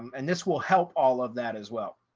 and this will help all of that as well.